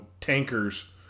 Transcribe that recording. tankers